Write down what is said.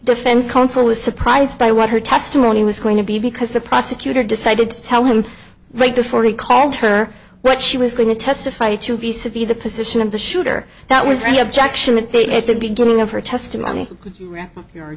defense counsel was surprised by what her testimony was going to be because the prosecutor decided to tell him right before he called her what she was going to testify to piece of the the position of the shooter that was any objection that they at the beginning of her testimony